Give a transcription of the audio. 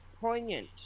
poignant